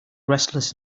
restless